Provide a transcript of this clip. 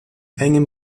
engem